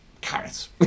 carrots